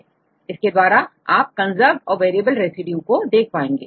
इसके द्वारा आप कंजर्व्ड और वेरिएबल रेसिड्यू को देख पाएंगे